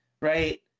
right